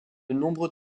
nombreux